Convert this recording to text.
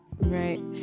right